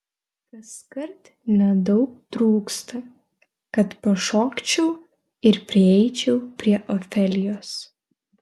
kaskart nedaug trūksta kad pašokčiau ir prieičiau prie ofelijos